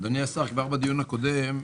אדוני השר, כבר בדיון הקודם,